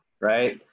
right